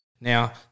Now